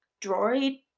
droid